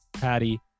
Patty